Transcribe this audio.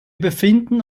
befinden